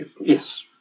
Yes